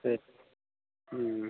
সেই